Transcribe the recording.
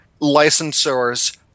licensors